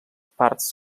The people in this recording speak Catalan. parts